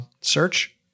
search